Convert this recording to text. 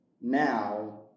now